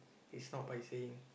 it's not by saying